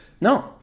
No